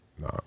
No